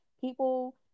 people